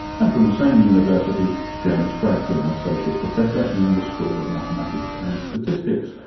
and from the same university, james franklin, associate professor in the school of mathematics and statistics,